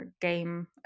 game